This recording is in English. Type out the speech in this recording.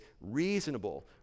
reasonable